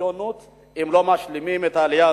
לציונות אם לא משלימים את העלייה הזאת,